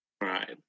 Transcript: Right